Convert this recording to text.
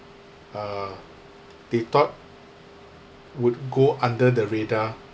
uh they thought would go under the radar